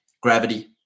Gravity